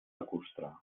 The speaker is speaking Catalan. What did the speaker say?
lacustre